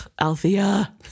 Althea